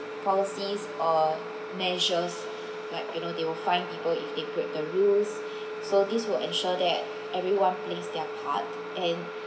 policies or measures like you know they will fine people if they break the rules so this will ensure that everyone plays their part and